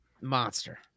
monster